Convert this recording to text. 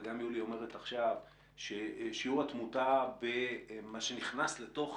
וגם יולי אומרת עכשיו ששיעור התמותה במה שנכנס לתוך